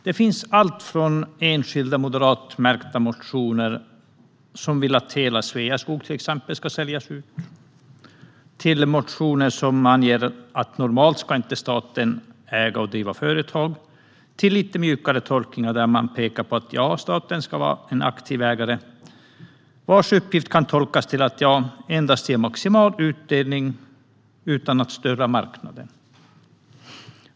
Det finns allt från enskilda moderatmärkta motioner som vill att exempelvis hela Sveaskog ska säljas ut till motioner som anger att staten normalt inte ska äga och driva företag, liksom lite mjukare tolkningar där man pekar på att staten ska vara en aktiv ägare, vars uppgift kan tolkas till att endast ge maximal utdelning utan att störa marknaden.